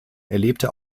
erlebte